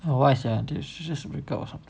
not wise did she just break up or some